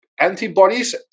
antibodies